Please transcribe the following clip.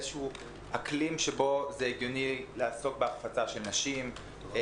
באיזה אקלים שבו הגיוני לעסוק בהחפצה של נשים,